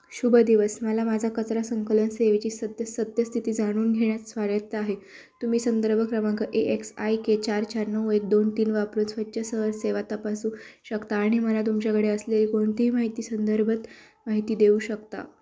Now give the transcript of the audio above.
शुभ दिवस मला माझा कचरा संकलन सेवेची सद्य सत्यस्थिती जाणून घेण्यात स्वारत्त आहे तुम्ही संदर्भ क्रमांक ए एक्स आय के चार चार नऊ एक दोन तीन वापरून स्वच्छ शहर सेवा तपासू शकता आणि मला तुमच्याकडे असले कोणतीही माहिती संदर्भात माहिती देऊ शकता